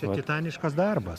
tai titaniškas darbas